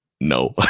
no